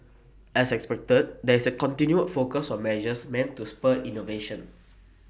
as expected there is A continued focus on measures meant to spur innovation